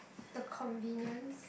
the convenience